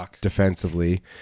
defensively